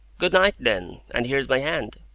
good-night, then, and here's my hand.